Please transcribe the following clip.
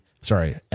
sorry